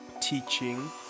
teaching